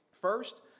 First